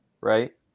Right